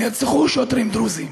נרצחו שוטרים דרוזים